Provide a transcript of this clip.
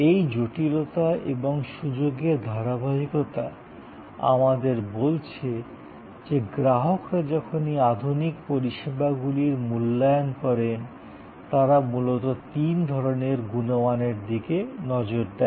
এই জটিলতা এবং সুযোগের ধারাবাহিকতা আমাদের বলছে যে গ্রাহকরা যখন এই আধুনিক পরিসেবাগুলির মূল্যায়ন করেন তারা মূলত তিন ধরণের গুনমানের দিকে নজর দেয়